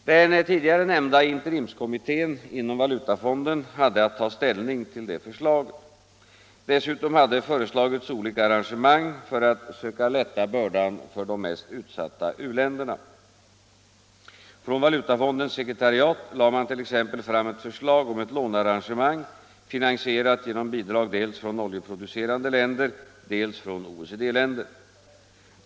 Den tidigare nämnda interimskommittén inom valutafonden hade att ta ställning till detta förslag. Dessutom hade föreslagits olika arrangemang för att söka lätta bördan för de mest utsatta u-länderna. Från valutafondens sekretariat lade man t.ex. fram ett förslag om ett lånearrangemang finansierat genom bidrag dels från oljeproducerande länder, dels från OECD-länder.